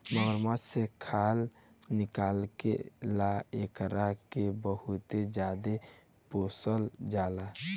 मगरमच्छ से खाल निकले ला एकरा के बहुते ज्यादे पोसल जाला